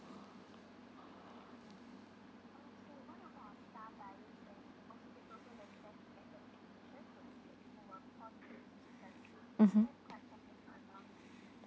mmhmm